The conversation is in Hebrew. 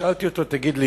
שאלתי אותו: תגיד,